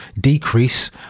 decrease